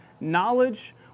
knowledge